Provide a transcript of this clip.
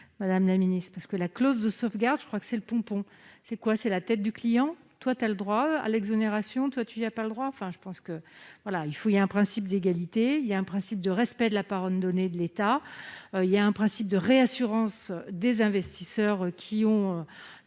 tombent presque ! Et la clause de sauvegarde, je crois que c'est le pompon ! C'est quoi ? C'est la tête du client ?« Toi, tu as droit à l'exonération ; toi, tu n'y as pas droit !» Il y a un principe d'égalité ; il y a un principe de respect de la parole donnée de l'État ; il y a un principe de réassurance des investisseurs, qui ont